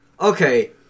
Okay